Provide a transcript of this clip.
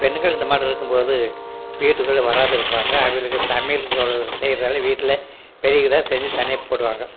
பெண்கள் இந்தமாதிரி இருக்கும் போது வீட்டுக்குள்ளே வராது இருப்பாங்க அவர்களுக்கு சமையல் சொல் செய்யறதுனாலும் வீட்டில் பெரியவங்கள் தான் செஞ்சு தனியாக போடுவாங்க